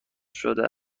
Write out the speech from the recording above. شده